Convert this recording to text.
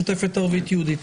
בפעולה משותפת ערבית-יהודית.